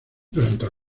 durante